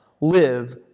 live